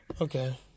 Okay